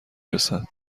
رسد